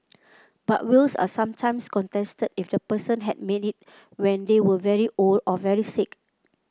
but wills are sometimes contested if the person had made it when they were very old or very sick